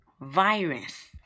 Virus